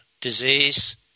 disease